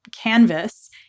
canvas